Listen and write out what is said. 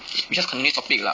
we just continue topic lah